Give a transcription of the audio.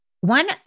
One